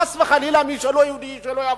חס וחלילה, מי שלא יהודי שלא יבוא.